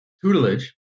tutelage